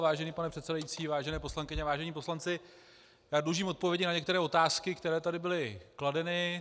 Vážený pane předsedající, vážené poslankyně, vážení poslanci, dlužím odpovědi na některé otázky, které tady byly kladeny.